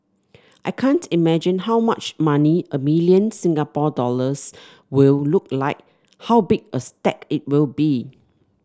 I can't imagine how much money a million Singapore dollars will look like how big a stack it will be